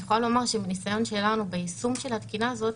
מניסיון שלנו ביישום של התקינה הזאת,